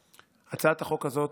הצעת החוק הזאת,